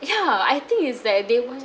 ya I think is that they want